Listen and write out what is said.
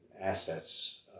assets